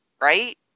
right